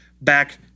back